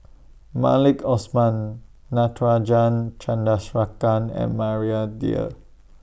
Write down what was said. Maliki Osman Natarajan Chandrasekaran and Maria Dyer